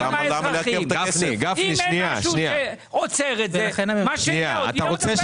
אם אין משהו שעוצר את זה, מה השאלה?